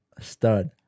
stud